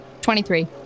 23